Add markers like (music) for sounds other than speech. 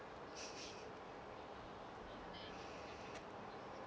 (breath)